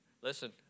listen